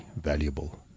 valuable